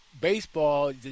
baseball